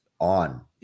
on